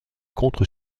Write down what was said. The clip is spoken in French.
contre